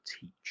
teach